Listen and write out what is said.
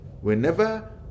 Whenever